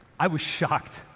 i was shocked.